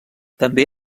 també